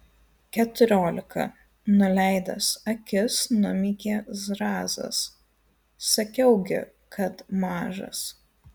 keturiolika nuleidęs akis numykė zrazas sakiau gi kad mažas